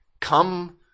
come